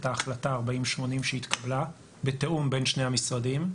ההחלטה 4080 שהתקבלה בתיאום בין שני המשרדים.